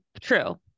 True